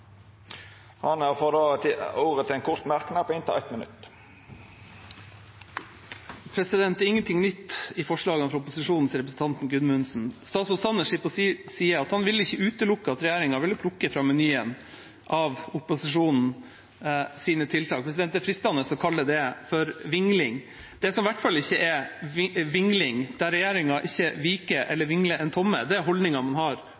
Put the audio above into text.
ordet til ein kort merknad, avgrensa til 1 minutt. Det er ikke noe nytt i forslagene fra opposisjonen, sier representanten Gudmundsen. Statsråd Jan Tore Sanner sier på sin side at han ikke vil utelukke at regjeringa vil plukke fra menyen av opposisjonens tiltak. Det er fristende å kalle det for vingling. Det som i hvert fall ikke er vingling, der regjeringa ikke viker